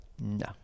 no